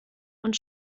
und